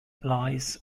lies